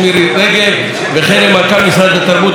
וכן למנכ"ל משרד התרבות מר יוסי שרעבי,